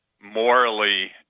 morally